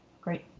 Great